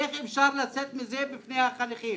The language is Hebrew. איך אפשר לצאת מזה בפני החניכים?